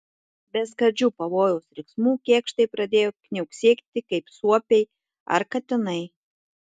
be skardžių pavojaus riksmų kėkštai pradėjo kniauksėti kaip suopiai ar katinai